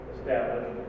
established